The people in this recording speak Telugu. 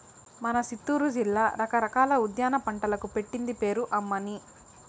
మన సిత్తూరు జిల్లా రకరకాల ఉద్యాన పంటలకు పెట్టింది పేరు అమ్మన్నీ